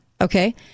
okay